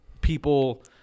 people